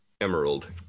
emerald